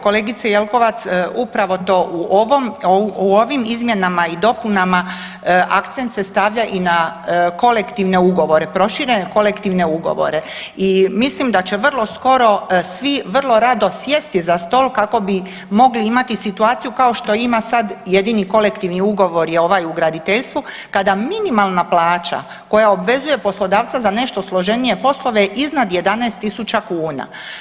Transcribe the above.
Kolegice Jelkovac upravo to u ovim izmjenama i dopunama akcent se stavlja i na kolektivne ugovore, proširene kolektivne ugovore i mislim da će vrlo skoro svi vrlo rado sjesti za stol kako bi mogli imati situaciju kao što ima sada jedini kolektivni ugovor je ovaj u graditeljstvu kada minimalna plaća koja obvezuje poslodavca za nešto složenije poslove je iznad 11 tisuća kuna.